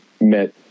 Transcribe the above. met